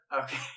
Okay